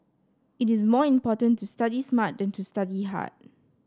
it is more important to study smart than to study hard